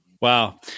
Wow